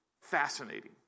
fascinating